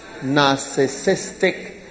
narcissistic